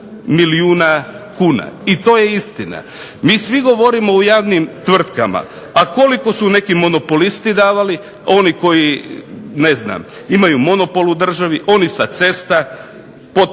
i to je istina. MI svi govorimo o javnim tvrtkama, a koliko su neki monopolisti davali, koji imaju monopol u državi, oni sa cesta, podmeće